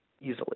easily